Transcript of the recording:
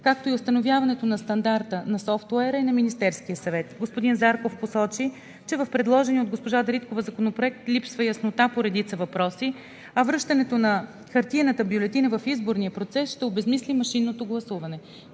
както и установяването на стандарта на софтуера, е на Министерския съвет. Господин Зарков посочи, че в предложения от госпожа Дариткова Законопроект липсва яснота по редица въпроси, а връщането на хартиената бюлетина в изборния процес ще обезсмисли машинното гласуване.